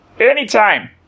Anytime